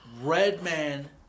Redman